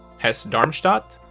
hesse-darmstadt,